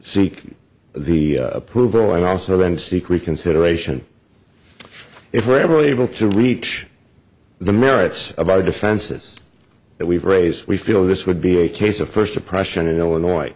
seek the approval and also then seek reconsideration if we're ever able to reach the merits of our defenses that we've raised we feel this would be a case of first impression in illinois